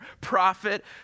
prophet